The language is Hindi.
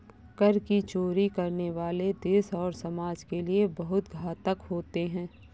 कर की चोरी करने वाले देश और समाज के लिए बहुत घातक होते हैं